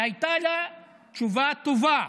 והייתה לה תשובה טובה.